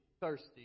thirsty